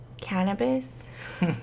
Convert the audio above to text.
cannabis